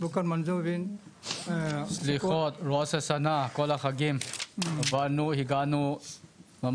כל החגים חגגנו.